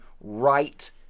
right